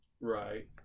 Right